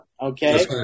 Okay